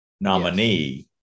nominee